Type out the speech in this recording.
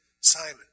Simon